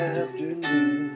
afternoon